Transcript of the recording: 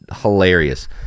hilarious